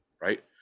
Right